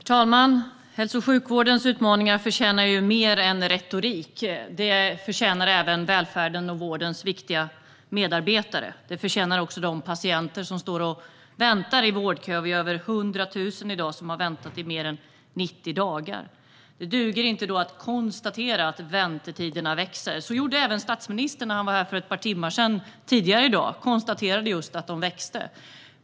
Herr talman! Hälso och sjukvårdens utmaningar förtjänar mer än retorik. Det förtjänar även välfärden och vårdens viktiga medarbetare. Det förtjänar också de patienter som väntar i vårdkö. Vi är i dag över 100 000 som har väntat i mer än 90 dagar. Då duger det inte att konstatera att väntetiderna växer. Det gjorde statsministern när han var här för ett par timmar sedan. Han konstaterade att de växer.